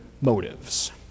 motives